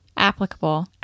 Applicable